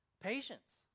Patience